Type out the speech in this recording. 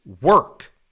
work